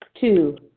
Two